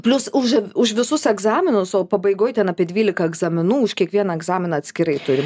plius už už visus egzaminus o pabaigoj ten apie dvylika egzaminų už kiekvieną egzaminą atskirai turi